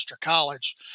College